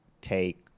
take